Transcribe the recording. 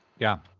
yeah.